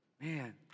Man